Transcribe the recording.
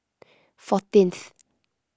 fourteenth